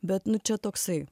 bet nu čia toksai